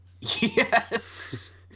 Yes